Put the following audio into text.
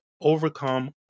overcome